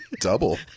Double